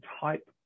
type